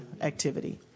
activity